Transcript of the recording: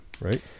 Right